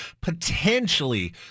potentially